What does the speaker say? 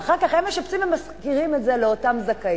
ואחר כך הם משפצים ומשכירים את זה לאותם זכאים,